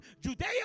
Judea